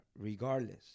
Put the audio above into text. regardless